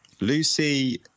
Lucy